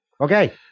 Okay